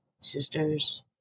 sisters